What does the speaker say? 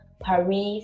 Paris